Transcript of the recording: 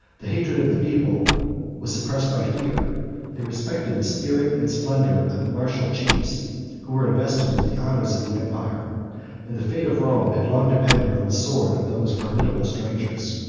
the hatred of the people was suppressed by fear they respected the spirit and splendor of the martial chiefs who were invested with the honors of the empire and the fate of rome had long depended on the sword of those formidable strangers.